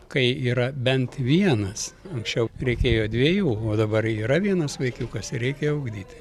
kai yra bent vienas anksčiau reikėjo dviejų o dabar yra vienas vaikiukas ir reikia ugdyti